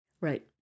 Right